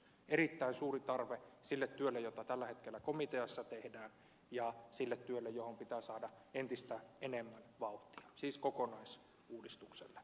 erittäin suuri tarve on sille työlle jota tällä hetkellä komiteassa tehdään ja sille työlle johon pitää saada entistä enemmän vauhtia siis kokonaisuudistukselle